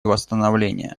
восстановления